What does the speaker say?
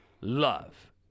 love